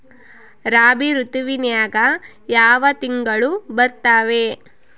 ರಾಬಿ ಋತುವಿನ್ಯಾಗ ಯಾವ ತಿಂಗಳು ಬರ್ತಾವೆ?